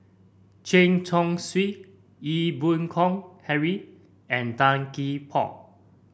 Chen Chong Swee Ee Boon Kong Henry and Tan Gee Paw